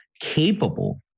capable